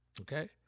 okay